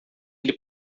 ele